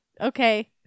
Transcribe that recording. Okay